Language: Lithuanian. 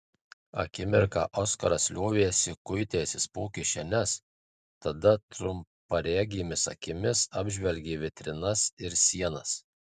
akimirką oskaras liovėsi kuitęsis po kišenes tada trumparegėmis akimis apžvelgė vitrinas ir sienas